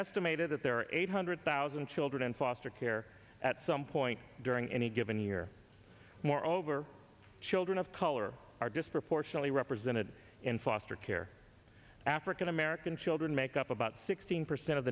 estimated that there are eight hundred thousand children in foster care at some point during any given year more over children of color are disproportionately represented in foster care african american children make up about sixteen percent of